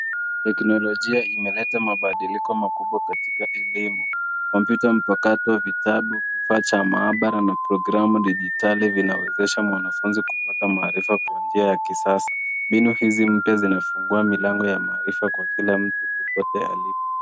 Teknolojia imeleta mabadiliko makubwa katika elimu. Kompyuta mpakato, vitabu, kifaa cha maabara na programu dijitali vinawezesha mwanafunzi kupata maarifa kwa njia ya kisasa. Mbinu hizi mpya zinafungua milango ya maarifa kwa kila mtu kupata elimu.